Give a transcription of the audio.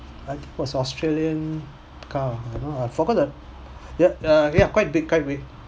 I think it was australian car forgot yeah uh yeah quite big quite big